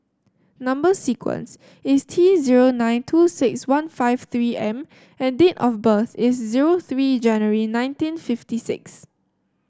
number sequence is T zero nine two six one five three M and date of birth is zero three January nineteen fifty six